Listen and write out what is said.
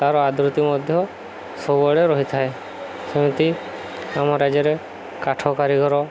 ତା'ର ଆଦୃତି ମଧ୍ୟ ସବୁବେଳେ ରହିଥାଏ ସେମିତି ଆମ ରାଜ୍ୟରେ କାଠ କାରିଗର